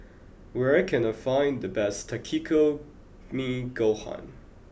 where can I find the best Takikomi Gohan